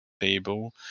table